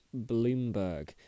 Bloomberg